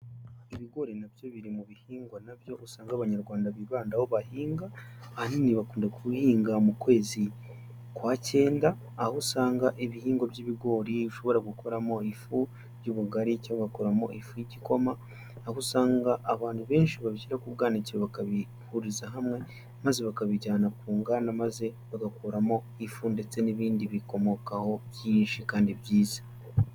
Ibiigori nabyo biri mu bihingwa nabyo usanga abanyarwanda bibandaho bahinga, ahanini bakunda kubihinga mu kwezi kwa cyenda aho usanga ibihingwa by'ibigori ushobora gukuramo ifu y'ubugari cyangwa ugakoramo ifu y'igikoma aho usanga abantu benshi babishyira ku bwanikiro bakabihuriza hamwe, maze bakabijyana ku nganda maze bagakuramo ifu ndetse n'ibindi bikomokaho byinshi kandi byiza.